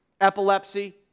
epilepsy